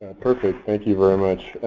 ah perfect. thank you very much.